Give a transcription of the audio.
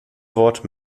wort